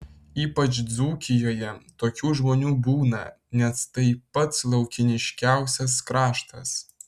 ypač dzūkijoje tokių žmonių būna nes tai pats laukiniškiausias kraštas